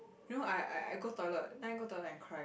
you know I I I go toilet then I go toilet and cry